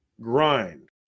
grind